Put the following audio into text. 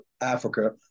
Africa